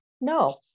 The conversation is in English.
No